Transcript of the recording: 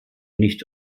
nicht